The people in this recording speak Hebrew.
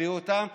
הביאו אותם,